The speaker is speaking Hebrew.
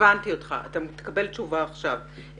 הבנתי אותך, אתה תקבל תשובה עכשיו.